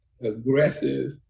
aggressive